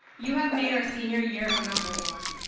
you have made our senior year a memorable one.